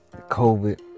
COVID